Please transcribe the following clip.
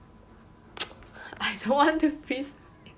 I don't want to face